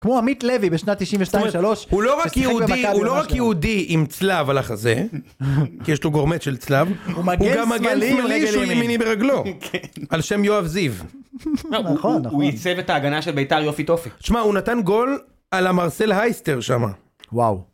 כמו עמית לוי בשנת תשעים ושתיים ושלוש. הוא לא רק יהודי, הוא לא רק יהודי עם צלב על החזה, כי יש לו גורמט של צלב, הוא גם מגן שמאלי שהוא ימני ברגלו, על שם יואב זיו. נכון, הוא ייצב את ההגנה של ביתר יופי טופי. שמע, הוא נתן גול על המרסל הייסטר שם. וואו.